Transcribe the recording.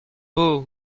beau